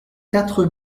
quatre